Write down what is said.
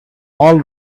all